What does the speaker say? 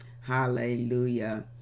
hallelujah